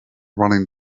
running